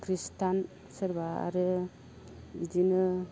ख्रिस्टान सोरबा आरो इदिनो